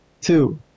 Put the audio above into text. two